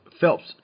Phelps